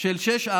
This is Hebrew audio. של 4:6,